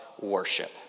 worship